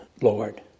Lord